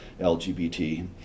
LGBT